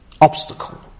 Obstacle